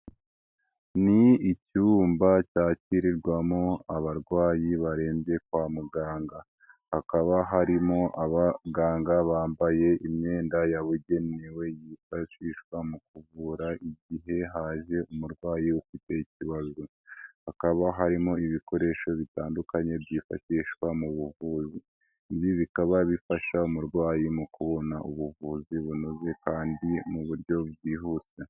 Ni icyumba cyakirirwamo abarwayi barembye kwa muganga, hakaba harimo abaganga bambaye imyenda yabugenewe yifashishwa mu kuvura igihe haje umurwayi ufite ikibazo, hakaba harimo ibikoresho bitandukanye byifashishwa mu buvuzi, ibi bikaba bifasha umurwayi mu kubona ubuvuzi bunoze kandi mu buryo bwihuse.